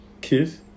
Kiss